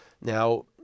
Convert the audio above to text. Now